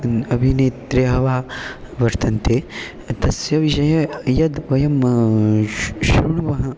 अन् अबिनेत्र्यः वा वर्तन्ते तस्य विषये यद् वयं शु श्रुण्वः